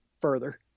further